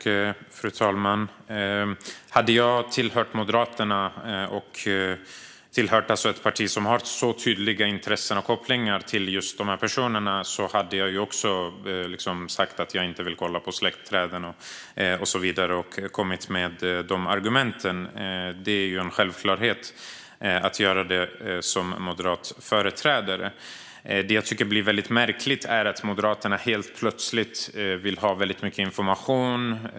Fru talman! Om jag hade hört till Moderaterna, ett parti som har så tydliga intressen och kopplingar till dessa personer, hade även jag sagt att jag inte hade velat titta på släktträd och använt samma argument. Det är en självklarhet att göra så om man är företrädare för Moderaterna. Det som är lite märkligt är att Moderaterna helt plötsligt vill ha väldigt mycket information.